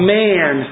man